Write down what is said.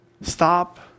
Stop